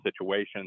situations